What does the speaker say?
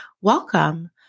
welcome